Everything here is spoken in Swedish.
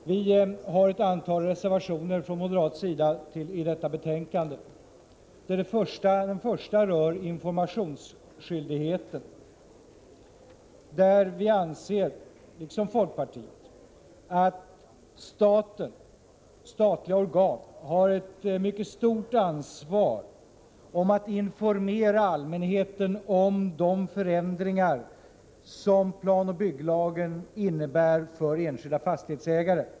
Vi har ett antal reservationer från moderat sida i det aktuella betänkandet. Den första rör informationsskyldigheten. Vi anser liksom folkpartiet att statliga organ har ett mycket stort ansvar för att informera allmänheten om de förändringar som planoch bygglagen innebär för enskilda fastighetsägare.